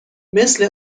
مثل